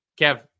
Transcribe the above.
Kev